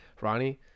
Ronnie